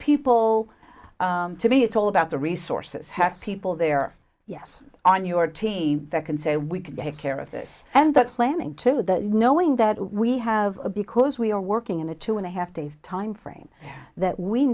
people to be it's all about the resources have people there yes on your team that can say we can take care of this and that planning to the knowing that we have a because we are working in a two and a half days time frame that we